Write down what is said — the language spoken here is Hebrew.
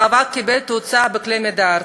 המאבק קיבל תאוצה בכלי המידע הארציים.